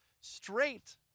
straight